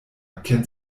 kennt